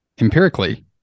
empirically